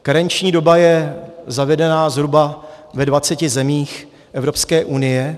Karenční doba je zavedena zhruba ve 20 zemích Evropské unie.